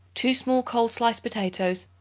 two small cold sliced potatoes,